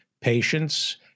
patients